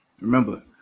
Remember